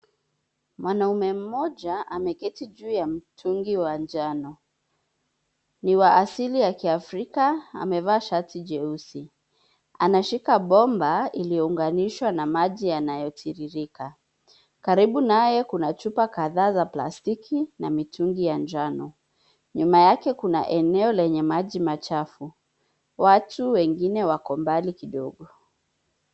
Mwanaume mmoja ameketi juu ya mtungi wa njano. Ni wa asili ya kiafrika, amevaa shati jeusi. Anashika bomba, iliyounganishwa na maji yanayotiririka. Karibu naye kuna chupa kadhaa za plastiki, na mitungi ya njano. Nyuma yake kuna eneo lenye maji machafu. Watu wengine wako mbali kidogo.